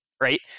right